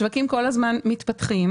השווקים כל הזמן מתפתחים.